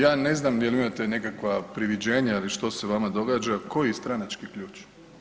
Ja ne znam je li imate nekakva priviđenja ili što se vama događa, koji stranački ključ?